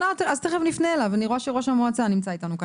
אני רואה שראש המועצה נמצא איתנו כאן,